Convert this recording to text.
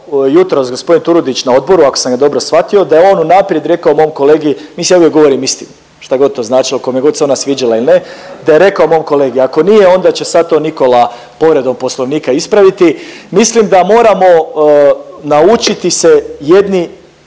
jutros gospodin Turudić na odboru ako sam ga dobro shvatio da je on unaprijed rekao mom kolegi, mislim ja ovdje govorim istinu šta god to značilo, kome god se ona sviđala ili ne, da je rekao mom kolegi ako nije onda će sad to Nikola povredom Poslovnika ispraviti. Mislim da moramo naučiti se jedni